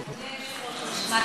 אדוני היושב-ראש,